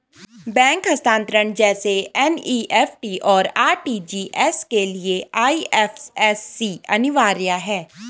bank हस्तांतरण जैसे NEFT, और आर.टी.जी.एस के लिए आई.एफ.एस.सी अनिवार्य है